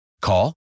Call